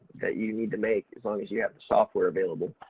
that you need to make as long as you have the software available.